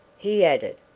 he added,